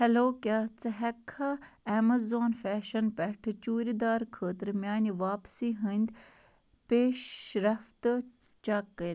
hello کیٛاہ ژٕ ہٮ۪ککھا اٮ۪مٮ۪زان فیشَن پؠٹھ چوٗرِدار خٲطرٕ میٛانہِ واپسی ہٕنٛدۍ پیش رَفت چَک